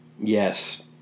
Yes